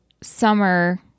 Summer